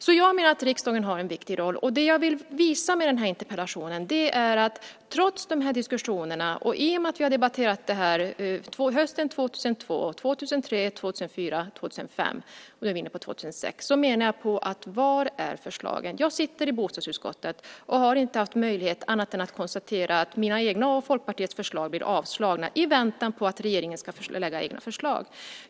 Jag menar alltså att riksdagen har en viktig roll. Och jag vill visa något med den här interpellationen. Trots de här diskussionerna och i och med att vi har debatterat det här hösten 2002 och 2003, 2004, 2005 - och nu är vi inne på 2006 - undrar jag: Var är förslagen? Jag sitter i bostadsutskottet och har inte haft möjlighet att konstatera annat än att mina egna och Folkpartiets förslag blir avslagna i väntan på att regeringen ska lägga fram egna förslag.